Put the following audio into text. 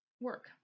work